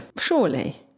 Surely